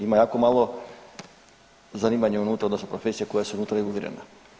Ima jako malo zanimanja unutra, odnosno profesija koja su unutra regulirana.